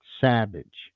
savage